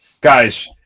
guys